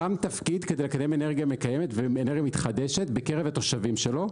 תפקיד בקידום אנרגיה מקיימת ואנרגיה מתחדשת בקרב התושבים שלו.